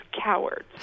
cowards